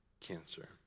cancer